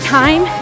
time